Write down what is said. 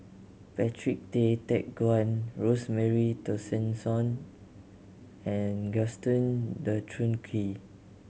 Patrick Tay Teck Guan Rosemary Tessensohn and Gaston Dutronquoy